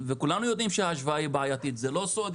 כולנו יודעים שהשוואה היא בעייתי, זה לא סוד.